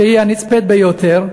שהיא הנצפית ביותר,